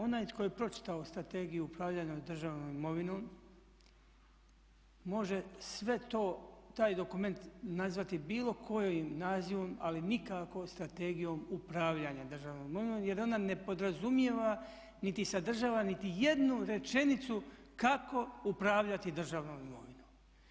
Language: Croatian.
Onaj tko je pročitao Strategiju upravljanja državnom imovinom može sve to, taj dokument nazvati bilo kojim nazivom ali nikako Strategijom upravljanja državnom imovinom jer ona ne podrazumijeva, niti sadržava niti jednu rečenicu kako upravljati državnom imovinom.